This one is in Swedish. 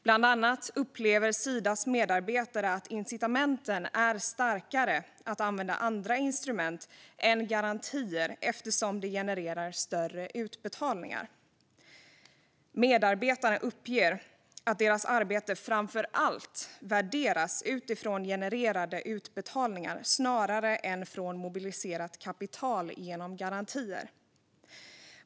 Bland annat upplever Sidas medarbetare att incitamenten är starkare att använda andra instrument än garantier eftersom det genererar större utbetalningar. Medarbetarna uppger att deras arbete framför allt värderas utifrån genererade utbetalningar snarare än utifrån mobiliserat kapital genom garantier.